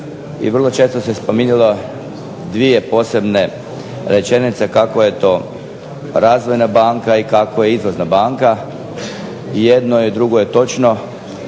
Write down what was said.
i vrlo često se spominjalo dvije posebne rečenice kako je to razvojna banka, i kako je izlazna banka, jedno i drugo je točno,